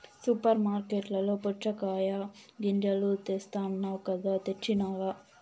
super మార్కట్లలో పుచ్చగాయ గింజలు తెస్తానన్నావ్ కదా తెచ్చినావ